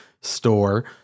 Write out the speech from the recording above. store